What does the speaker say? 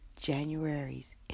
January's